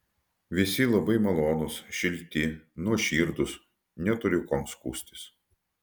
visi labai malonūs šilti nuoširdūs neturiu kuom skųstis